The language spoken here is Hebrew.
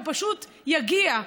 הוא פשוט יגיע,